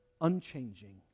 Unchanging